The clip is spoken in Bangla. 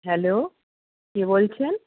হ্যালো কে বলছেন